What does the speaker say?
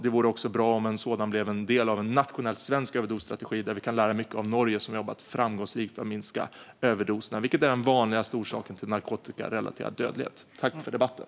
Det vore också bra om en sådan blev en del av en nationell svensk överdosstrategi. Där kan vi lära mycket av Norge som har jobbat framgångsrikt för att minska antalet överdoser, som är den vanligaste orsaken till narkotikarelaterad dödlighet. Jag tackar för debatten.